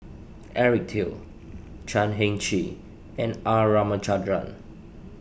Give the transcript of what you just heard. Eric Teo Chan Heng Chee and R Ramachandran